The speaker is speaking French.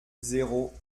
zéro